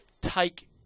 take